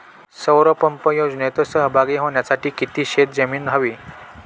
सौर पंप योजनेत सहभागी होण्यासाठी किती शेत जमीन हवी?